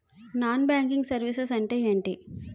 Non banking services అంటే ఎంటి?